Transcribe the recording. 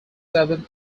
seven